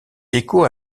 écho